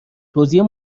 توزیع